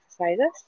exercises